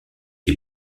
des